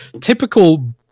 typical